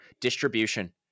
Distribution